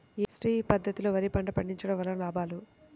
శ్రీ పద్ధతిలో వరి పంట పండించడం వలన లాభాలు?